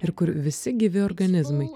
ir kur visi gyvi organizmai